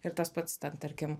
ir tas pats tarkim